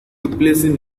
replacing